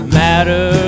matter